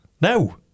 No